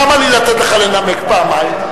למה לי לתת לך לנמק פעמיים?